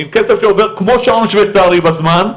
עם כסף שעובר כמו שעון שוייצרי בזמן,